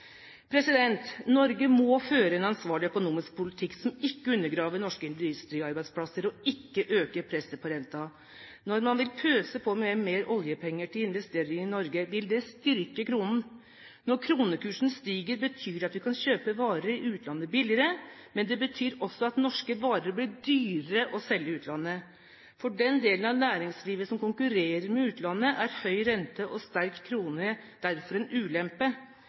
Norge må føre en ansvarlig økonomisk politikk som ikke undergraver norske industriarbeidsplasser og ikke øker presset på renten. Når man vil pøse på med mer oljepenger til investeringer i Norge, vil det styrke kronen. Når kronekursen stiger, betyr det at vi kan kjøpe varer i utlandet billigere, men det betyr også at norske varer blir dyrere å selge i utlandet. For den delen av næringslivet som konkurrerer med utlandet, er høy rente og sterk krone derfor en ulempe.